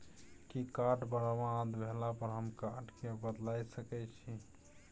कि कार्ड बरबाद भेला पर हम कार्ड केँ बदलाए सकै छी?